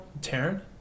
Taryn